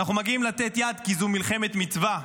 ואנחנו מגיעים לתת יד כי זו מלחמת מצווה,